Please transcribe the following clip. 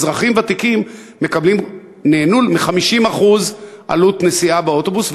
אזרחים ותיקים נהנו מהנחה של 50% בעלות נסיעה באוטובוס,